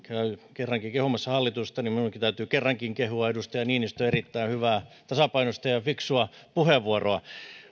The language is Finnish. kerrankin kehumassa hallitusta niin minunkin täytyy puolestani kerrankin kehua edustaja niinistön erittäin hyvää tasapainoista ja ja fiksua puheenvuoroa